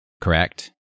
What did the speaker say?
correct